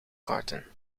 karten